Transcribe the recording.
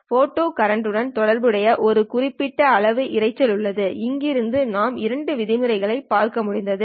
ஃபோட்டா current உடன் தொடர்புடைய ஒரு குறிப்பிட்ட அளவு இரைச்சல் உள்ளது அங்கிருந்து நாம் இரண்டு விதிமுறைகளைப் பார்க்க முடிந்தது